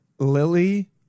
Lily